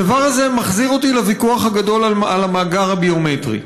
הדבר הזה מחזיר אותי לוויכוח הגדול על המאגר הביומטרי.